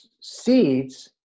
seeds